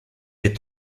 des